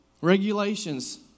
Regulations